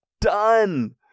done